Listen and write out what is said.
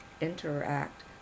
interact